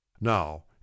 Now